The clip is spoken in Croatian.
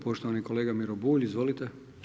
Poštovani kolega Miro Bulj, izvolite.